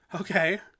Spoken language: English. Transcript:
Okay